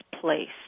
place